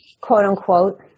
quote-unquote